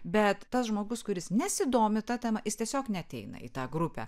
bet tas žmogus kuris nesidomi ta tema jis tiesiog neateina į tą grupę